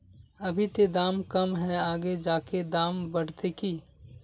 अभी ते दाम कम है आगे जाके दाम बढ़ते की?